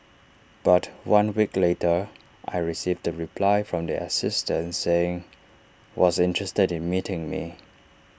but one week later I received A reply from the assistant saying was interested in meeting me